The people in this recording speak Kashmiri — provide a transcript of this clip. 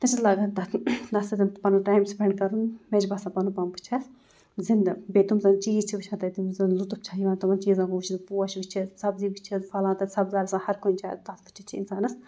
تَتہِ چھَس لاگان تَتھ تَتھ سۭتۍ پَنُن ٹایم سپٮ۪نٛڈ کَرُن مےٚ چھِ باسان پَنُن پان بہٕ چھَس زِندٕ بیٚیہِ تم زَن چیٖز چھِ وٕچھان تَتہِ یِم زَن لطف چھِ یِوان تِمَن چیٖزَن کُن وٕچھِتھ پوش وٕچھِتھ سبزی وٕچھِتھ پھَلان تَتہِ سبزار آسان ہَرکُنہِ جاے تَتھ وٕچھِتھ چھِ اِنسانَس